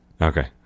Okay